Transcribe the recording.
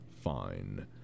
fine